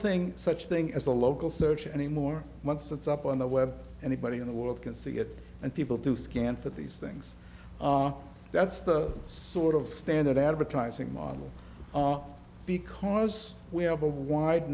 thing such thing as a local search anymore months it's up on the web anybody in the world can see it and people do scan for these things that's the sort of standard advertising model because we have a wide